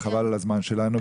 וחבל על הזמן שלנו,